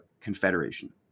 Confederation